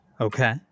Okay